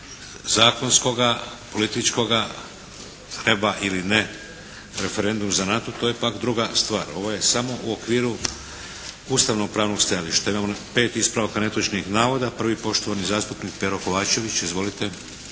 zakonskoga, političkoga treba ili ne referendum za NATO to je pak druga stvar. Ovo je samo u okviru ustavno-pravnog stajališta. Imamo pet ispravaka netočnih navoda. Prvi je poštovani zastupnik Pero Kovačević. Izvolite.